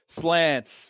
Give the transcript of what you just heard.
slants